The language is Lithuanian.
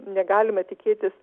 negalima tikėtis